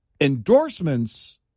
Endorsements